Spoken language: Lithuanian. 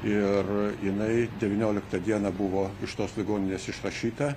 ir jinai devynioliktą dieną buvo iš tos ligoninės išrašyta